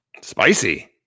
Spicy